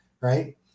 Right